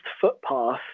footpath